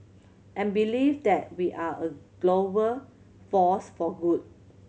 and believe that we are a global force for good